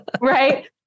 right